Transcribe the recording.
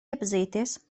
iepazīties